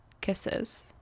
Kisses